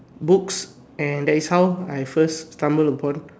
books and that is how I first stumble about